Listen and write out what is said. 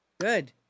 Good